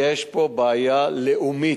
יש פה בעיה לאומית,